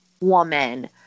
woman